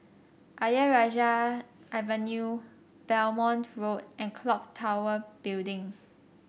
Ayer Rajah Avenue Belmont Road and clock Tower Building